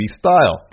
style